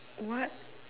what